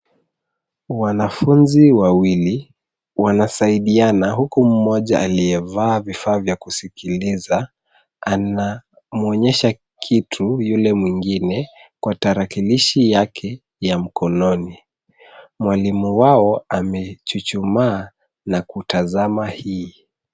Wanafunzi wawili wanasaidiana huku mmoja aliyevaa vifaa vya kusikiliza anamwonyesha kitu yule mwingine kwa tarakilishi yake ya mkononi. Mwalimu wao amechuchumaa na kutazama hii.